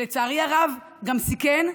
לצערי הרב הוא גם סיכן,